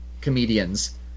comedians